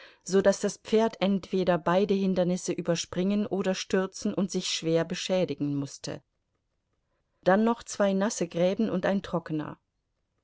so daß das pferd entweder beide hindernisse überspringen oder stürzen und sich schwer beschädigen mußte dann noch zwei nasse gräben und ein trockener